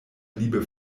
liebe